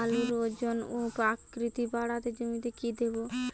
আলুর ওজন ও আকৃতি বাড়াতে জমিতে কি দেবো?